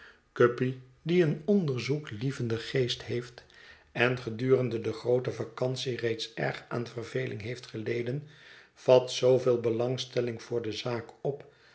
guppy die een onderzoeklievenden geest heeft en gedurende de groote vacantie reeds erg aan verveling heeft geleden vat zooveel belangstelling voor de zaak op